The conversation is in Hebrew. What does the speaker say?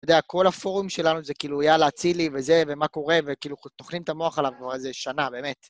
אתה יודע, כל הפורום שלנו זה כאילו, יאללה, צילי וזה, ומה קורה, וכאילו, טוחנים את המוח עליו, נו, איזה שנה, באמת.